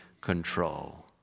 control